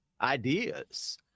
ideas